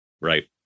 Right